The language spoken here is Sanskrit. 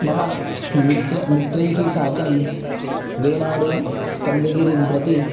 मम स् मित्रैः मित्रैः साकं वेनाडु स्कन्दगिरिं प्रति